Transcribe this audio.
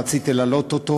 רציתי להעלות אותו,